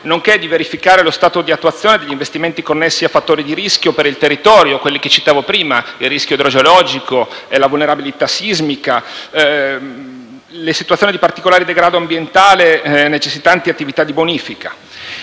nonché di verificare lo stato di attuazione degli investimenti connessi a fattori di rischio per il territorio, come il rischio idrogeologico, la vulnerabilità sismica e le situazioni di particolare degrado ambientale necessitanti attività di bonifica.